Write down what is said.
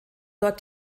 dort